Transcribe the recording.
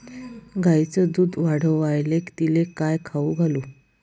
गायीचं दुध वाढवायले तिले काय खाऊ घालू?